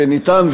וניתנה,